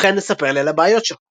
ובכן, ספר לי על הבעיות שלך.